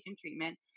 treatment